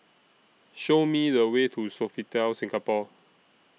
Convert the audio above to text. Show Me The Way to Sofitel Singapore